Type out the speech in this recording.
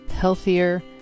healthier